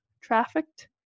Trafficked